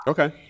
Okay